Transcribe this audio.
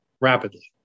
rapidly